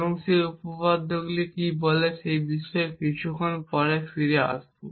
এবং সেই উপপাদ্যটি কী বলে সেই বিষয়ে কিছুক্ষণ পরে ফিরে আসবে